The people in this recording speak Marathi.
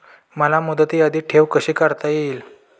मला मुदती आधी ठेव कशी काढता येईल?